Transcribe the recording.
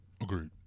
Agreed